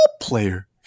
player